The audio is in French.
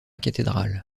cathédrale